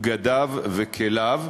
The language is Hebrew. בגדיו וכליו,